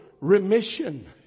remission